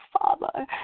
Father